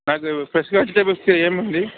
నాకు స్పెషల్ వెజిటేబుల్స్కి ఏముంది